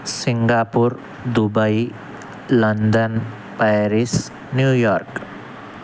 Singapore Dubai London Paris New York